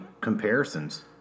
comparisons